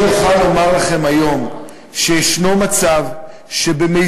אני אוכל לומר לכם היום שיש מצב שבמיזמים,